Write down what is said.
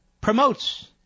promotes